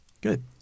Good